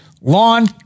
lawn